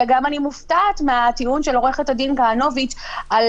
ואני גם מופתעת מהטיעון של עו"ד כהנוביץ על